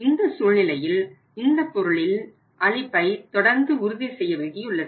இந்த சூழ்நிலையில் இந்தப் பொருளில் அளிப்பை தொடர்ந்து உறுதி செய்ய வேண்டியுள்ளது